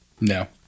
No